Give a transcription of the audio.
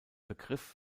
begriff